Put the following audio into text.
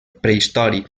prehistòric